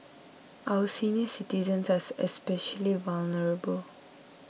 our senior citizens are especially vulnerable